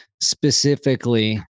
specifically